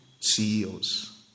CEOs